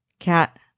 Cat